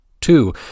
Two